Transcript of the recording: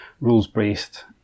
rules-based